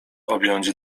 objąć